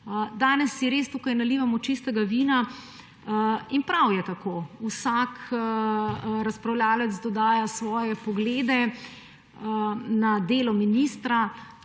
Danes si res tukaj nalivamo čistega vina in prav je tako. Vsak razpravljavec dodaja svoje poglede na delo ministra.